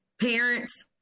parents